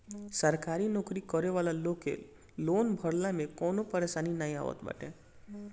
सरकारी नोकरी करे वाला लोग के लोन भरला में कवनो परेशानी नाइ आवत बाटे